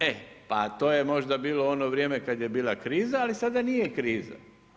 E, pa to je možda bilo u ono vrijeme, kada je bila kriza, ali sada nije kriza.